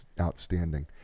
outstanding